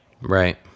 right